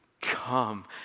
Come